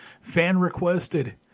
fan-requested